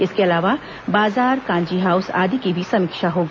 इसके अलावा बाजार कांजी हाउस आदि की भी समीक्षा होगी